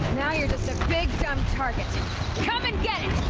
now you're just a big dumb target! come and get it!